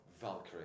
Valkyrie